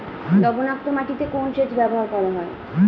লবণাক্ত মাটিতে কোন সেচ ব্যবহার করা হয়?